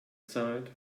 sighed